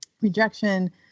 rejection